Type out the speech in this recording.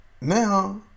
now